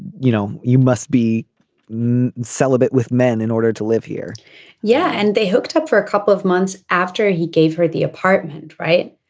you know you must be celibate with men in order to live here yeah. and they hooked up for a couple of months after he gave her the apartment. right.